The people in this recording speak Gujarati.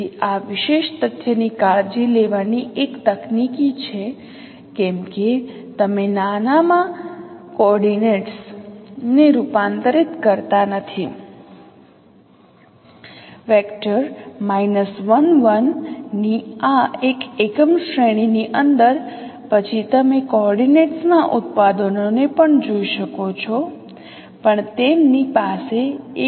તેથી આ વિશેષ તથ્ય ની કાળજી લેવાની એક તકનીકી છે કેમ કે તમે નાનામાં કોઓર્ડિનેટ્સ ને રૂપાંતરિત કરતા નથી 1 1 ની આ એકમ શ્રેણીની અંદર પછી તમે કોઓર્ડિનેટ્સ ના ઉત્પાદનોને પણ જોઈ શકો છો પણ તેમની પાસે એક જ કોઓર્ડિનેટ્સ ની શ્રેણીની સમાન રેન્જ છે બધા સહગુણાંકો તેમની પાસે આ હશે